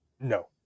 No